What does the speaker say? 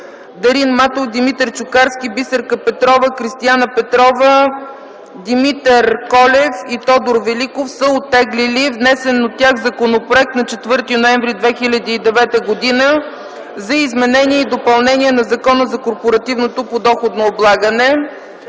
Дарин Матов, Димитър Чукарски, Бисерка Петрова, Кристияна Петрова, Димитър Колев и Тодор Великов са оттеглили внесен от тях законопроект на 4 ноември 2009 г. за изменение и допълнение на Закона за корпоративното подоходно облагане.